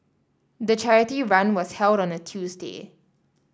the charity run was held on a Tuesday